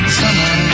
summer